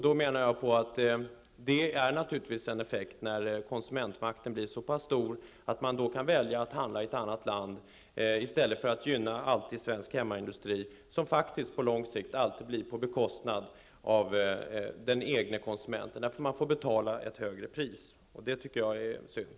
Det är naturligtvis en effekt när konsumentmakten blir så pass stor att man då kan välja att handla i ett annat land, i stället för att alltid gynna svensk hemmaindustri -- som på lång sikt alltid sker på bekostnad av den egna konsumenten som får betala ett högre pris. Jag tycker att det är synd.